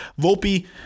Volpe